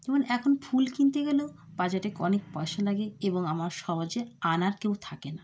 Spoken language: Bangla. যেমন এখন ফুল কিনতে গেলেও বাজারে অনেক পয়সা লাগে এবং আমার সহজে আনার কেউ থাকে না